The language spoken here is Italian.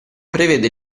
prevede